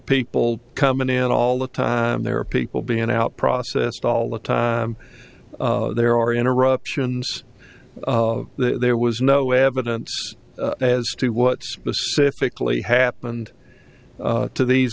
people coming in all the time there are people being out process all the time there are interruptions there was no evidence as to what specifically happened to these